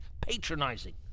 patronizing